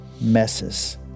messes